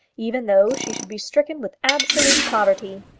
even though she should be stricken with absolute poverty.